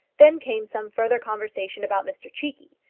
then came some further conversation about mr cheekey,